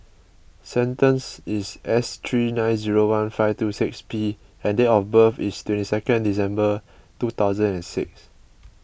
sequence is S three nine zero one five two six P and date of birth is twenty two December two thousand and six